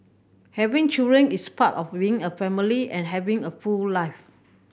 having children is part of being a family and having a full life